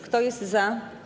Kto jest za?